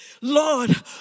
Lord